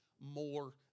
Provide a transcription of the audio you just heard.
more